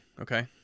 Okay